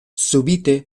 subite